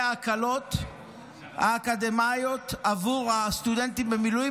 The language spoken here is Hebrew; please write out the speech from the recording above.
ההקלות האקדמיות עבור הסטודנטים במילואים,